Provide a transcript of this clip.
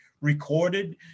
recorded